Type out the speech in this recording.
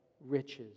riches